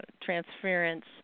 transference